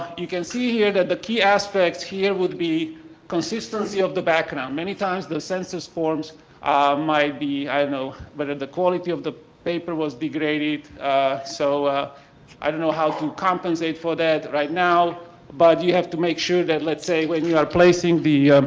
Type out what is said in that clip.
you can see here that the key aspects here would be consistency of the background, many times the census forms might be i don't know but the quality of the paper is degraded so ah i don't know how to compensate for that right now but you have to make sure that lets say when you are placing the